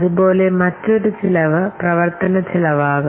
അതുപോലെ നിങ്ങൾക്ക് മറ്റൊരു ചിലവ് പ്രവർത്തനച്ചെലവ് പോലെയാകാം